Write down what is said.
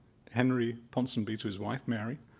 henry ponsonby's wife, mary,